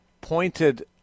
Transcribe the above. pointed